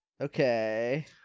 Okay